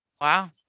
Wow